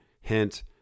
hint